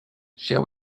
shall